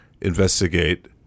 investigate